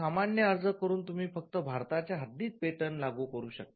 सामान्य अर्ज करून तुम्ही फक्त भारताच्या हद्दीत पेटंट लागू करू शकता